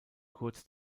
kurz